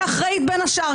שאחראית בין השאר,